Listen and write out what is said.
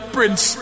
Prince